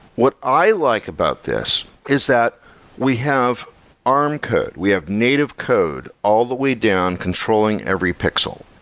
what i like about this is that we have arm code, we have native code all the way down controlling every pixel.